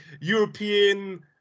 European